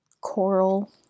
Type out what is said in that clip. coral